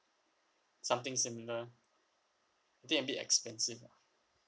something similar I think a bit expensive lah